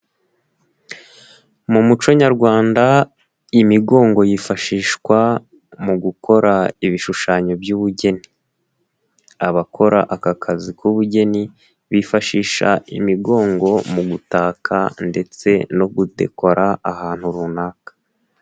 Mu muco nyarwanda imigongo yifashishwa mu gukora ibishushanyo by'ubugeni. Abakora aka kazi k'ubugeni, bifashisha imigongo, mu gutaka ndetse no kudekora ahantu runaka.